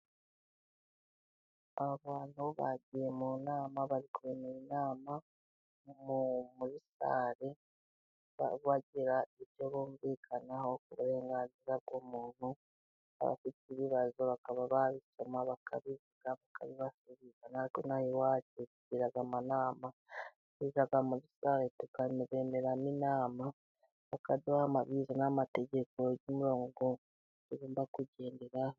Aba bantu bagiye mu nama bari kuremera inama muri sale, bagira ibyo bumvikanaho uburenganzira bw'umuntu abafite ibibazo bakaba babisoma bakabibasubiza, natwe iwacu tugira inama tujya mu gikari tukaremeramo inama, bakaduha amabwiriza n'amategeko tugomba kugenderaho.